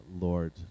Lord